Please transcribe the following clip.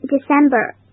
December